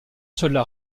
cela